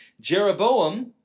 Jeroboam